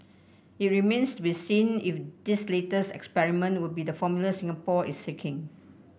it remains to be seen if this latest experiment will be the formula Singapore is seeking